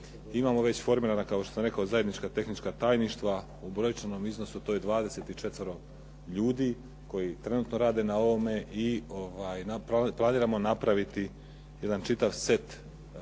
Imamo već formirana kao što sam rekao zajednička tehnička tajništva. U brojčanom iznosu to je 24 ljudi koji trenutno rade na ovome i planiramo napraviti jedan čitav set promocije,